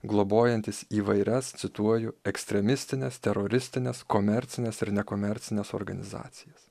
globojantys įvairias cituoju ekstremistines teroristines komercines ir nekomercines organizacijas